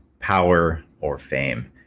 power, or fame.